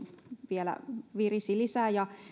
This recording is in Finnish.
vielä virisi lisää ja